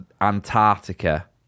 Antarctica